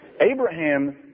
Abraham